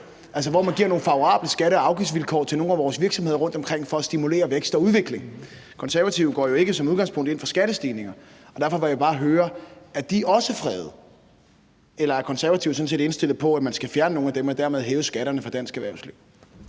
altså hvor man giver nogle favorable skatte- og afgiftsvilkår til nogle af vores virksomheder rundtomkring for at stimulere vækst og udvikling? Konservative går jo ikke som udgangspunkt ind for skattestigninger, og derfor vil jeg bare høre: Er de også fredet? Eller er Konservative sådan set indstillet på, at man skal fjerne nogle af dem, og dermed hæve skatterne for dansk erhvervsliv?